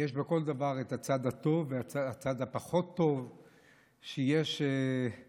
יש בכל דבר את הצד הטוב והצד הפחות טוב שיש בדברים,